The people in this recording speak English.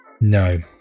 No